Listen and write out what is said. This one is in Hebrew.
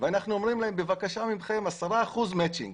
ואנחנו אומרים להם, בבקשה, 10% מצ'ינג